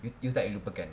you you tak boleh lupakan